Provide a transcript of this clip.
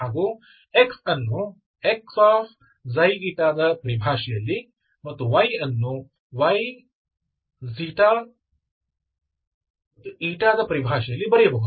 ಹಾಗೂ x ಅನ್ನು x ದ ಪರಿಭಾಷೆಯಲ್ಲಿ ಮತ್ತು y ಅನ್ನುy ದ ಪರಿಭಾಷೆಯಲ್ಲಿ ಬರೆಯಬಹುದು